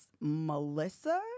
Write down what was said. Melissa